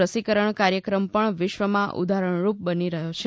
રસીકરણ કાર્યક્રમ પણ વિશ્વમાં ઉદાહરણરૂપ બની રહ્યો છે